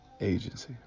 agency